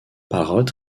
parrot